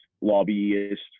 lobbyist